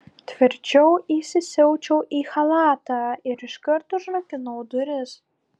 tvirčiau įsisiaučiau į chalatą ir iškart užrakinau duris